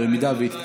אם היא תתקבל.